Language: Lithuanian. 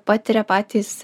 patiria patys